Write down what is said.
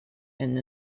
and